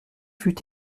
fut